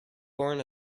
born